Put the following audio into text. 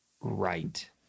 right